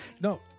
No